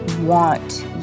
want